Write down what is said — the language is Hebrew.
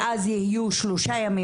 ואז יהיו שלושה ימים,